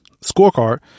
scorecard